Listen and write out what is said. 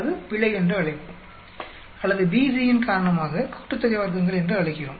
அது பிழை என்று அழைப்போம் அல்லது BC யின் காரணமாக கூட்டுத்தொகை வர்க்கங்கள் என்று அழைக்கிறோம்